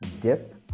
dip